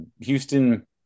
Houston